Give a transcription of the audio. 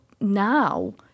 now